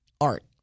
art